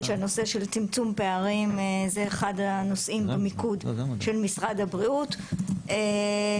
שהנושא של צמצום פערים זה אחד הנושאים במיקוד של משרד הבריאות וכן,